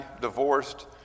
divorced